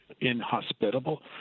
inhospitable